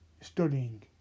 studying